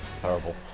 Terrible